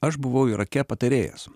aš buvau irake patarėjas